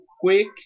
quick